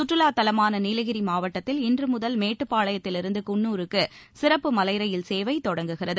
சுற்றுலா தலமான நீலகிரி மாவட்டத்தில் இன்று முதல் மேட்டுப்பாளையத்திலிருந்து குன்னூருக்கு சிறப்பு மலை ரயில் சேவை தொடங்குகிறது